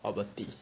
bubble tea